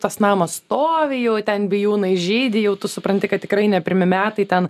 tas namas stovi jau ten bijūnai žydi jau tu supranti kad tikrai ne pirmi metai ten